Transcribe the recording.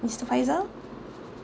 mister faizal